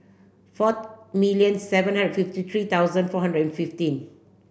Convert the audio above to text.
four million seven hundred fifty three thousand four hundred and fifteen